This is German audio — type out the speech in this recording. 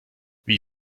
wie